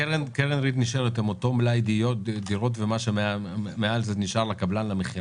האם קרן ריט נשארת עם אותו מלאי דירות ומה שמעל זה נשאר לקבלן למכירה?